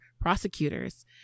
prosecutors